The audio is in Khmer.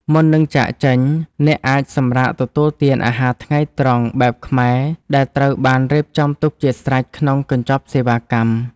មុននឹងចាកចេញ អ្នកអាចសម្រាកទទួលទានអាហារថ្ងៃត្រង់បែបខ្មែរដែលត្រូវបានរៀបចំទុកជាស្រេចក្នុងកញ្ចប់សេវាកម្ម។